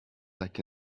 like